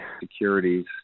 securities